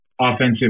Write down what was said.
offensive